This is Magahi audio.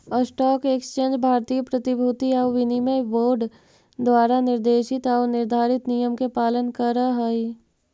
स्टॉक एक्सचेंज भारतीय प्रतिभूति आउ विनिमय बोर्ड द्वारा निर्देशित आऊ निर्धारित नियम के पालन करऽ हइ